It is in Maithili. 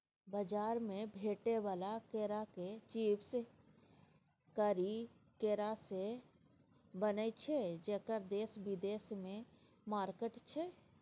बजार मे भेटै बला केराक चिप्स करी केरासँ बनय छै जकर देश बिदेशमे मार्केट छै